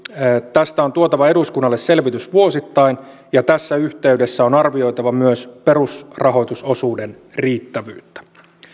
tästä on tuotava eduskunnalle selvitys vuosittain ja tässä yhteydessä on arvioitava myös perusrahoitusosuuden riittävyyttä